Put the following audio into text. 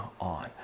on